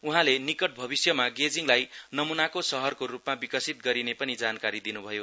उहाँले निकट भविष्यमा गेजिङलाई नमूनाको शहरको रुपमा विकसित गरिने पनि जानकारी दिनुभयो